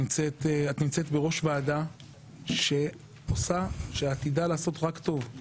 נמצאת בראש ועדה שעתידה לעשות רק טוב.